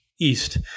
east